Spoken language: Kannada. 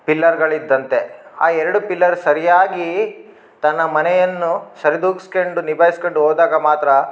ಪಿಲ್ಲರ್ಗಳು ಇದ್ದಂತೆ ಆ ಎರಡು ಪಿಲ್ಲರ್ ಸರಿಯಾಗಿ ತನ್ನ ಮನೆಯನ್ನು ಸರಿದೂಗ್ಸ್ಕೆಂಡು ನಿಭಾಯಿಸ್ಕಂಡು ಹೋದಾಗ ಮಾತ್ರ